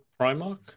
Primark